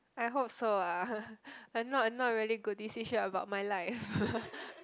I hope so ah I'm not I'm not really good decision about my life